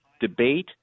debate